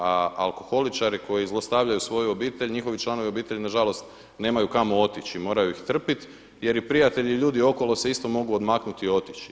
A alkoholičari koji zlostavljaju svoju obitelj, njihovi članovi obitelji na žalost nemaju kamo otići, moraju ih trpiti jer i prijatelji i ljudi oko se isto mogu odmaknuti i otići.